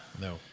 No